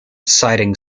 citing